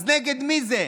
אז נגד מי זה?